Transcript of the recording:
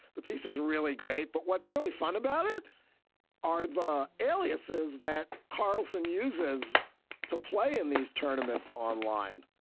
the piece is really great, but what's really fun about it are the aliases that carlsson uses to play in these tournaments online.